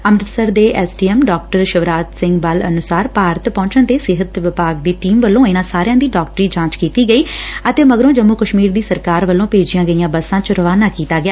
ਅੰਮ੍ਰਿਤਸਰ ਦੇ S D M doctor Shivraj Singh Bal ਅਨੁਸਾਰ ਭਾਰਤ ਪਹੁੰਚਣ ਤੇ ਸਿਹਤ ਵਿਭਾਗ ਦੀ ਟੀਮ ਵਲੋ ਇਨਾਂ ਸਾਰਿਆਂ ਦੀ ਡਾਕਟਰੀ ਜਾਂਚ ਕੀਡੀ ਗਈ ਅਤੇ ਮਗਰੋ ਜੰਮੁ ਕਸ਼ਮੀਰ ਦੀ ਸਰਕਾਰ ਵਲੋ ਭੇਜੀਆਂ ਗਈਆਂ ਬਸਾਂ ਚ ਰਵਾਨਾ ਕੀਤਾ ਗਿਆ